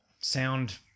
Sound